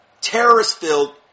terrorist-filled